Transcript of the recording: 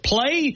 Play